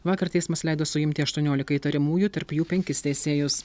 vakar teismas leido suimti aštuoniolika įtariamųjų tarp jų penkis teisėjus